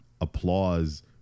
applause